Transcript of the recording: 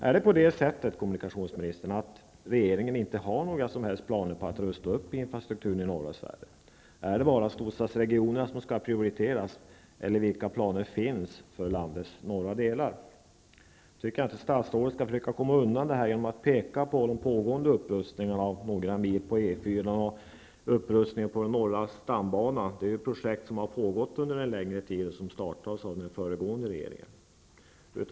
Är det på det sättet, kommunikationsministern, att regeringen inte har några som helst planer på att rusta upp infrastrukturen i norra Sverige? Är det bara storstadsregionerna som skall prioriteras, eller vilka planer finns för landets norra delar? Jag tycker inte att statsrådet skall försöka komma undan detta genom att peka på de pågående upprustningarna av några mil på E 4 och upprustningen av Norra stambanan. Detta är ju projekt som har pågått under en längre tid och som startades av den föregående regeringen.